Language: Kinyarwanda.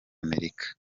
amerika